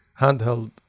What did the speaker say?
handheld